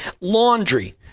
Laundry